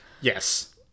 Yes